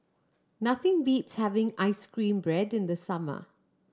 nothing beats having ice cream bread in the summer